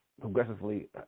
progressively